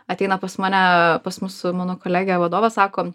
ateina pas mane pas mus su mano kolege vadovas sako